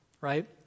right